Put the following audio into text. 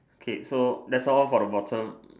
K so that's all for the bottom